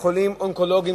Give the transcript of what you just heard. מחולים אונקולוגיים,